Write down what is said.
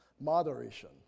Moderation